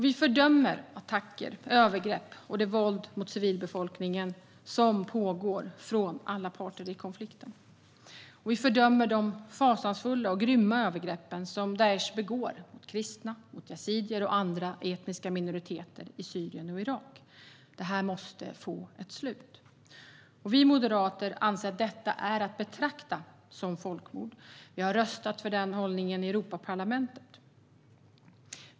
Vi fördömer attacker, övergrepp och det våld mot civilbefolkningen som pågår från alla parter i konflikten. Vi fördömer de fasansfulla och grymma övergrepp som Daish begår mot kristna, yazidier och andra etniska minoriteter i Syrien och Irak. Detta måste få ett slut. Vi moderater anser att detta är att betrakta som folkmord, och vi har röstat för den hållningen i Europaparlamentet.